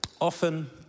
Often